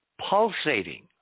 pulsating